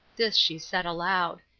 this she said aloud.